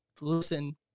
listen